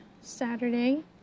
Saturday